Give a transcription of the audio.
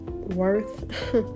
worth